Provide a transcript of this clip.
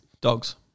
Dogs